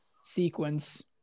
sequence